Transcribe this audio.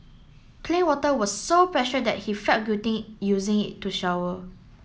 clean water was so precious that he felt guilty using it to shower